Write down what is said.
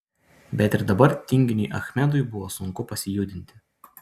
bet ir dabar tinginiui achmedui buvo sunku pasijudinti